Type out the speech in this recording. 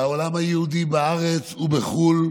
והעולם היהודי בארץ ובחו"ל.